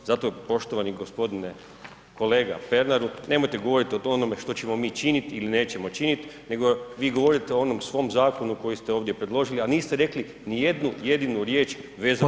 Zato poštovani gospodine kolega Pernaru nemojte govoriti o onome što ćemo mi činiti ili nećemo činiti, nego vi govorite o onom svom zakonu koji ste ovdje predložili, a niste rekli ni jednu jedinu riječ vezano uz ovaj zakon.